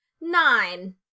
Nine